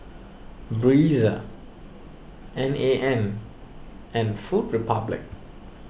Breezer N A N and Food Republic